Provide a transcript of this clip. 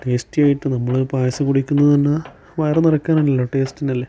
tasty ആയിട്ട് നമ്മൾ പായസം കുടിക്കുന്നത് തന്നെ വയറ് നിറക്കാനല്ലല്ലോ ടേസ്റ്റിനല്ലേ